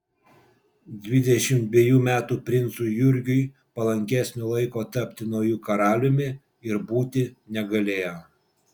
dvidešimt dvejų metų princui jurgiui palankesnio laiko tapti nauju karaliumi ir būti negalėjo